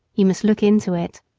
you must look into it.